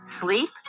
sleep